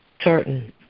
certain